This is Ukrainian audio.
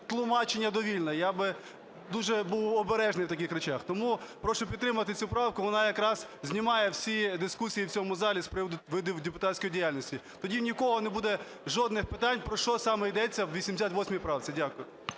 тлумачення довільне. Я би дуже був би обережний в таких речах. Тому прошу підтримати цю правку, вона якраз знімає всі дискусії в цьому залі з приводу видів депутатської діяльності. Тоді ні в кого не буде жодних питань, про що саме йдеться у 88 правці. Дякую.